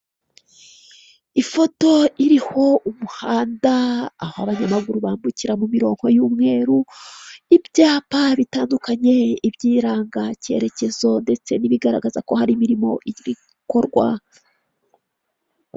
Ifoto iriho umuhanda aho abanyamaguru bambukira mu mirongo y'umweru, ibyapa bitandukanye ibiranga icyerekezo ndetse n'ibigaragaza ko hari birimo ibikorwa.